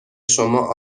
شما